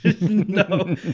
No